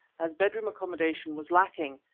as bedroom accommodation was lacking,